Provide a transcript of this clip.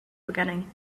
beginning